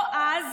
אוה, אז